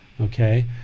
okay